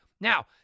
Now